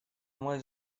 мой